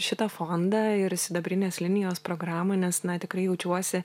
šitą fondą ir sidabrinės linijos programą nes na tikrai jaučiuosi